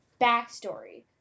backstory